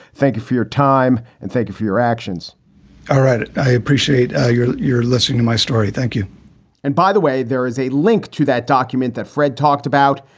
thank you for your time and thank you for your actions all right. i appreciate ah your your listening to my story. thank you and by the way, there is a link to that document that fred talked about.